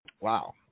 Wow